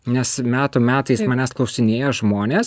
nes metų metais klausinėja žmonės